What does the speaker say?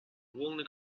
волны